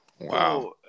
Wow